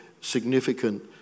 significant